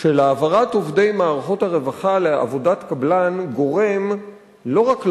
של העברת עובדי מערכות הרווחה לעבודת קבלן גורם לא רק לעובדות,